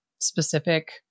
specific